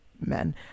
men